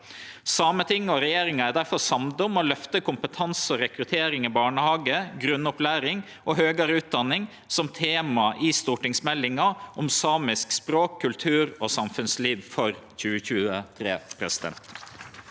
Sametinget og regjeringa er difor samde om å løfte kompetanse og rekruttering i barnehage, grunnopplæring og høgare utdanning som tema i stortingsmeldinga om samisk språk, kultur og samfunnsliv for 2023.